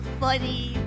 funny